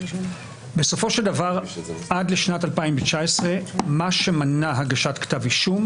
בסופו של דבר עד לשנת 2019 מה שמנע הגשת כתב אישום